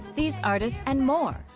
these artists and more,